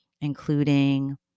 including